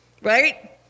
Right